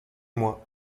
moi